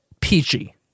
peachy